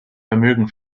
vermögen